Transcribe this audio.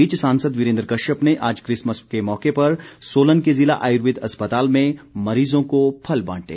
इस बीच सांसद वीरेन्द्र कश्यप ने आज क्रिसमस के मौके पर सोलन के जिला आयुर्वेद अस्पताल में मरीजों को फल बांटे